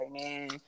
man